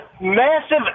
massive